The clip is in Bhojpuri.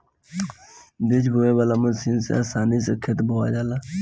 बीज बोवे वाला मशीन से आसानी से खेत बोवा जाला